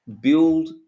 build